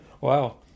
Wow